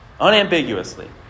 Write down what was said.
unambiguously